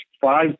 five